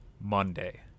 Monday